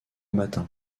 matin